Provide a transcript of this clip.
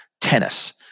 tennis